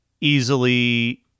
easily